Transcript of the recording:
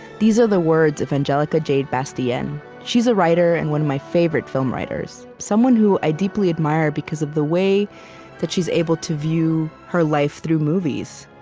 these are the words of angelica jade bastien. she's a writer, and one of my favorite film writers someone who i deeply admire because of the way that she's able to view her life through movies.